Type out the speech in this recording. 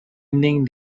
evening